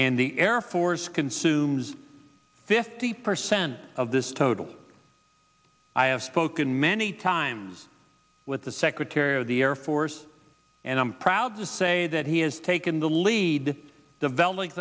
and the air force consumes fifty percent of this total i have spoken many times with the secretary of the air force and i'm proud to say that he has taken the lead develop